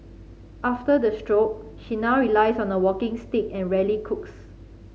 after the stroke she now relies on a walking stick and rarely cooks